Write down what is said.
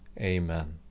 Amen